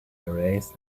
race